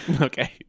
Okay